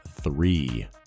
three